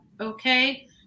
okay